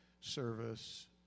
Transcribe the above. service